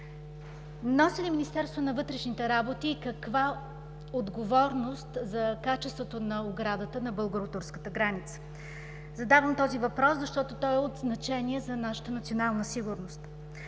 Носи ли Министерството на вътрешните работи и каква отговорност за качеството на оградата на българо-турската граница? Задавам този въпрос, защото е от значение за нашата национална сигурност.